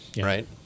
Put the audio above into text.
Right